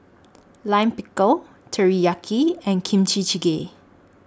Lime Pickle Teriyaki and Kimchi Jjigae